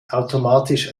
automatisch